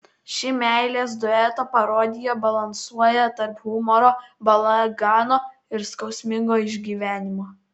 ši meilės dueto parodija balansuoja tarp humoro balagano ir skausmingo išgyvenimo